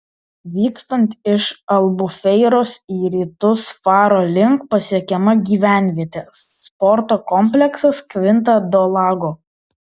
vykstant iš albufeiros į rytus faro link pasiekiama gyvenvietė sporto kompleksas kvinta do lago